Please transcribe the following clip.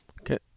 okay